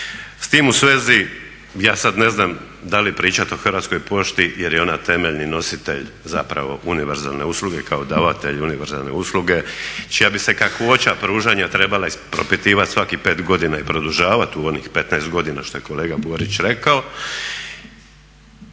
S tim u svezi ja sad ne znam da li pričati o Hrvatskoj pošti jer je ona temeljni nositelj zapravo univerzalne usluge kao davatelj univerzalne usluge čija bi se kakvoća pružanja trebala propitivati svakih 5 godina i produžavati u onih 15 godina što je kolega Borić rekao.